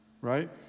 right